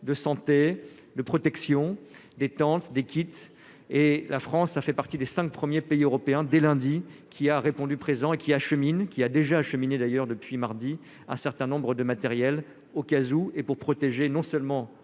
de santé le protection des tentes, des kits et la France a fait partie des 5 premiers pays européens dès lundi, qui a répondu présent et qui achemine qui a déjà acheminé, d'ailleurs, depuis mardi, un certain nombre de matériel au cas où et pour protéger non seulement